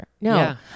No